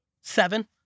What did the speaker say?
Seven